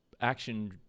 action